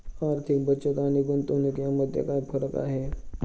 आर्थिक बचत आणि गुंतवणूक यामध्ये काय फरक आहे?